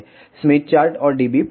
Smith chart और dB plot में